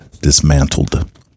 dismantled